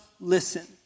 listen